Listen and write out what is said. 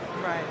Right